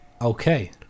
Okay